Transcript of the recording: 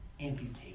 amputate